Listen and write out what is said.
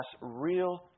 real